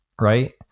right